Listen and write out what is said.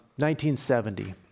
1970